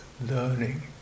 learning